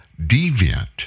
deviant